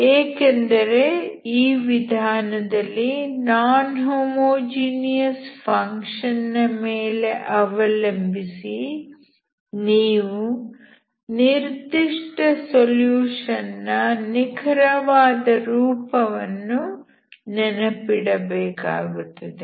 ಏಕೆಂದರೆ ಈ ವಿಧಾನದಲ್ಲಿ ನಾನ್ ಹೋಮೋಜಿನಿಯಸ್ ಫಂಕ್ಷನ್ ನ ಮೇಲೆ ಅವಲಂಬಿಸಿ ನೀವು ನಿರ್ದಿಷ್ಟ ಸೊಲ್ಯೂಷನ್ ನ ನಿಖರವಾದ ರೂಪವನ್ನು ನೆನಪಿಡಬೇಕಾಗುತ್ತದೆ